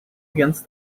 against